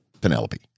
Penelope